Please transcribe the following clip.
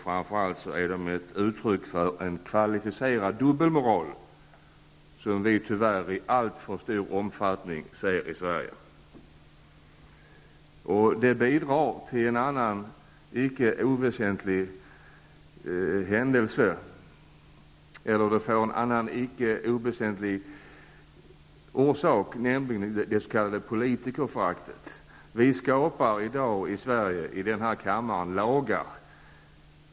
Framför allt ger de uttryck för en kvalificerad dubbelmoral som, tyvärr, i alltför stor omfattning märks i Sverige. Det får en annan icke oväsentlig konsekvens. Jag tänker då på det s.k. politikerföraktet. Vi skapar ju här i kammaren lagar.